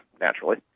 naturally